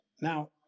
Now